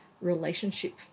Relationship